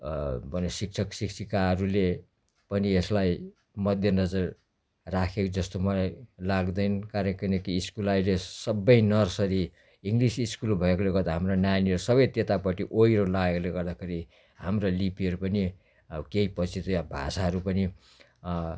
भने शिक्षक शिक्षिकाहरूले पनि यसलाई मध्यनजर राखेको जस्तो मलाई लाग्दैन कार्य किनकि स्कुल अहिले सबै नर्सरी इङ्ग्लिस स्कुल भएकोले गर्दा हाम्रो नानीहरू सबै त्यतापट्टि ओहिरो लागेकोले गर्दाखेरि हाम्रो लिपिहरू पनि अब केही पछि चाहिँ अब भाषाहरू पनि